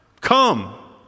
Come